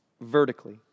vertically